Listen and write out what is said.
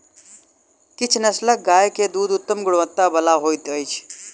किछ नस्लक गाय के दूध उत्तम गुणवत्ता बला होइत अछि